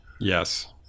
Yes